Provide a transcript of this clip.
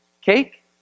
cake